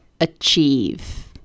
achieve